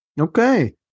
Okay